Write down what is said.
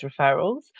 referrals